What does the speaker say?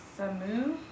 Samu